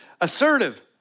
Assertive